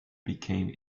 became